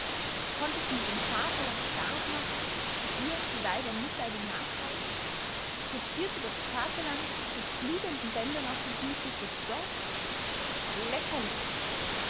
konnte sie mit dem vaterland staat machen wenn ihr die weiber mitleidig nachschauten kutschierte das vaterland mit fliegenden bändern auf dem hut durch das dorf lächerlich